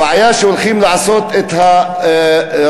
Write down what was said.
הבעיה היא שהולכים לעשות את הרמזור,